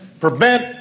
prevent